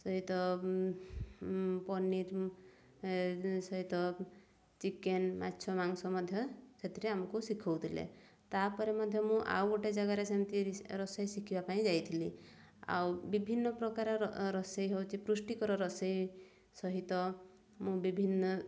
ସହିତ ପନିର୍ ସହିତ ଚିକେନ୍ ମାଛ ମାଂସ ମଧ୍ୟ ସେଥିରେ ଆମକୁ ଶିଖାଉଥିଲେ ତାପରେ ମଧ୍ୟ ମୁଁ ଆଉ ଗୋଟେ ଜାଗାରେ ସେମିତି ରୋଷେଇ ଶିଖିବା ପାଇଁ ଯାଇଥିଲି ଆଉ ବିଭିନ୍ନ ପ୍ରକାର ରୋଷେଇ ହେଉଛି ପୃଷ୍ଟିକର ରୋଷେଇ ସହିତ ମୁଁ ବିଭିନ୍ନ